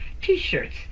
T-shirts